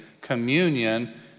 communion